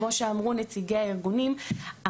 כמו שאמרו נציגי הארגונים,